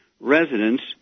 residents